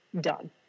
done